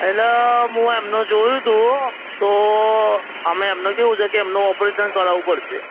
એટલે મું એમનું જોયું તું તો આમાં એમને કેવું છે કે એમનું ઓપરેશન કરાવવું પડશે